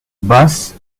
basse